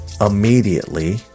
immediately